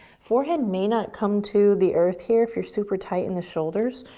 forehead may not come to the earth here if you're super tight in the shoulders,